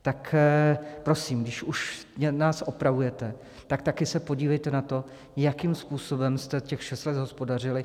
Tak prosím, když už nás opravujete, tak také se podívejte na to, jakým způsobem jste těch šest let hospodařili.